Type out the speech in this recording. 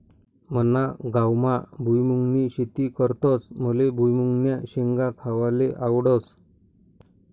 मना गावमा भुईमुंगनी शेती करतस माले भुईमुंगन्या शेंगा खावाले आवडस